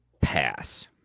Pass